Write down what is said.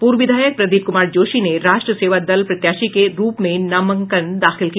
पूर्व विधायक प्रदीप कुमार जोशी ने राष्ट्र सेवा दल प्रत्याशी के रूप में नामांकन दाखिल किया